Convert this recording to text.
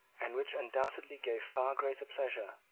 and which undoubtedly gave far greater pleasure,